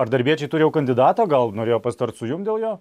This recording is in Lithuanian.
ar darbiečiai turi jau kandidatą gal norėjo pasitart su jum dėl jo